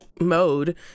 mode